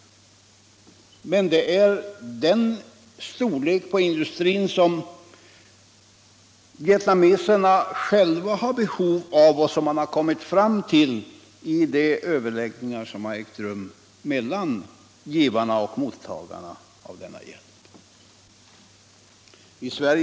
Men det är denna storlek av industri som vietnameserna själva har behov av och som man har kommit fram till i de överläggningar som ägt rum mellan givarna och mottagarna av denna hjälp.